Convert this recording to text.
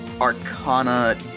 Arcana